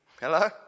Hello